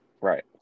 Right